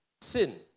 sin